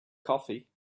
coffee